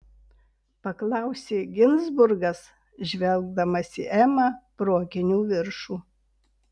paklausė ginzburgas žvelgdamas į emą pro akinių viršų